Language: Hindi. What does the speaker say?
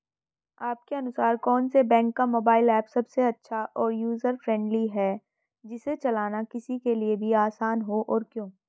आपके अनुसार कौन से बैंक का मोबाइल ऐप सबसे अच्छा और यूजर फ्रेंडली है जिसे चलाना किसी के लिए भी आसान हो और क्यों?